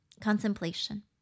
contemplation